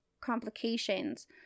complications